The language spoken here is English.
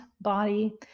body